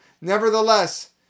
Nevertheless